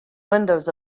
windows